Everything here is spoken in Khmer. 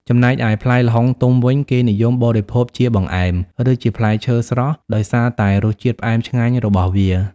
ចំណែកឯផ្លែល្ហុងទុំវិញ គេនិយមបរិភោគជាបង្អែម ឬជាផ្លែឈើស្រស់ដោយសារតែរសជាតិផ្អែមឆ្ងាញ់របស់វា។